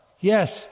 Yes